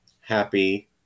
happy